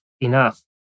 enough